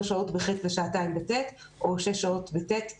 שעות בכיתה ח' ושעתיים בכיתה ט' או שש שעות בכיתה